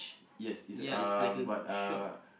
yes it's a uh but uh